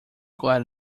quite